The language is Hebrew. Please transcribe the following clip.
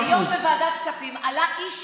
חוץ מזה, היום בוועדת כספים עלה איש